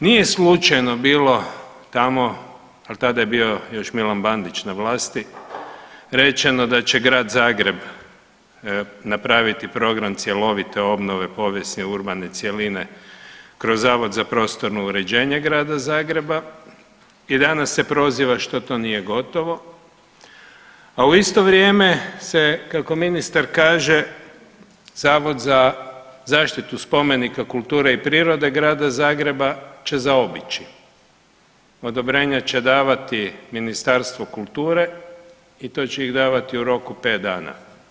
Nije slučajno bilo tamo jer tada je bio još Milan Bandić na vlasti, rečeno da će Grad Zagreb napraviti program cjelovite obnove povijesne urbane cjeline kroz Zavod za prostorno uređenje Grada Zagreba i danas se proziva što to nije gotovo, a u isto vrijeme se, kako ministar kaže, Zavod za zaštitu spomenika, kulture i prirode Grada Zagreba će zaobići, odobrenja će davati Ministarstvo kulture i to će ih davati u roku 5 dana.